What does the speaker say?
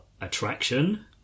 Attraction